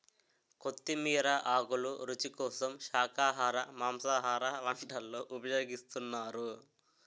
కొత్తిమీర ఆకులు రుచి కోసం శాఖాహార మాంసాహార వంటల్లో ఉపయోగిస్తున్నారు